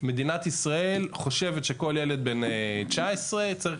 מדינת ישראל חושבת שכל ילד בן 19 צריך?